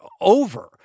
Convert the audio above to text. over